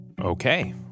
Okay